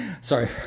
Sorry